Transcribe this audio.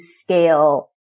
scale